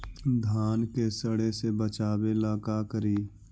धान के सड़े से बचाबे ला का करि?